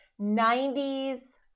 90s